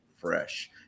fresh